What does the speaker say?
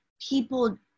people